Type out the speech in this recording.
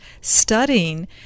studying